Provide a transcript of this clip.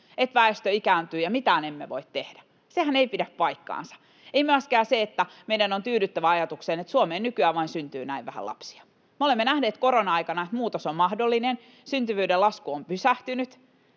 että väestö ikääntyy ja mitään emme voi tehdä. Sehän ei pidä paikkaansa, ei myöskään se, että meidän on tyydyttävä ajatukseen, että Suomeen nykyään vain syntyy näin vähän lapsia. Me olemme nähneet korona-aikana, että muutos on mahdollinen. Syntyvyyden lasku on pysähtynyt,